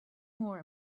more